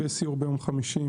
ויש סיור ביום חמישי.